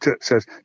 says